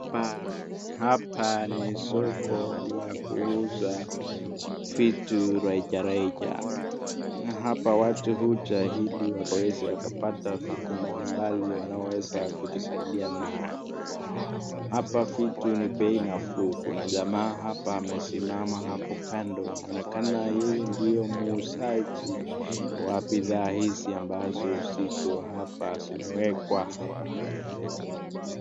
Hapa ni soko la kuuza vitu rejareja, na hapa watu huja ili wakaweze wakapata vitu mbalimbali wanaoeza kujisaidia nayo. Hapa vitu ni bei nafuu, kuna jamaa hapa amesimama hapo kando, inaonekana yeye ndiye muuzaji wa bidhaa hizi ambazo ziko hapa zimewekwa hapa.